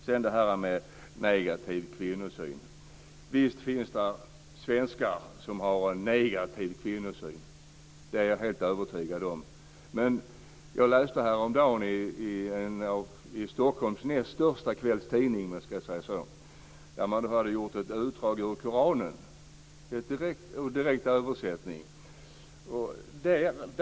Sedan vill jag ta upp detta med negativ kvinnosyn. Visst finns det svenskar som har en negativ kvinnosyn. Det är jag helt övertygad om. Men jag läste något häromdagen i Stockholms näst största kvällstidning. Man hade gjort ett utdrag ur Koranen. Det var en direkt översättning.